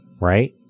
right